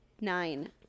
nine